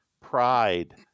pride